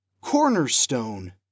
Cornerstone